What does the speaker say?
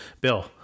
Bill